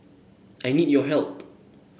I need your help